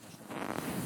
בבקשה,